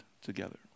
together